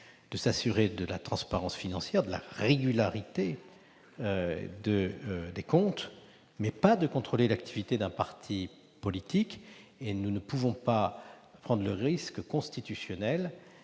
de s'assurer de la transparence financière et de la régularité des comptes, non de contrôler l'activité d'un parti politique. Nous ne pouvons prendre le risque constitutionnel